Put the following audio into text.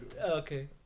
Okay